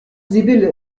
sibylle